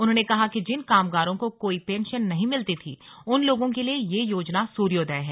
उन्होंने कहा कि जिन कामगारों को कोई पेंशन नहीं मिलर्ती थी उन लोगों के लिए यह योजना सूर्योदय है